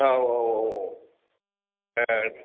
औ औ औ ओं